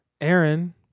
Aaron